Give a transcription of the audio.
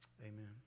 Amen